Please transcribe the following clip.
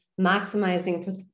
maximizing